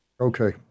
Okay